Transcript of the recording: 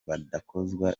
badakozwa